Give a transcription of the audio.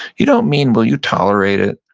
you don't mean, will you tolerate it?